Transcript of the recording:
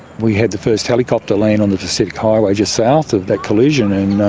we had the first helicopter land on the pacific highway just south of that collision and